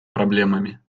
проблемами